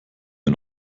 wir